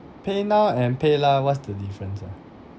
paynow and paylah what's the difference ah